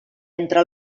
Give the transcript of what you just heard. entre